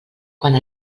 quant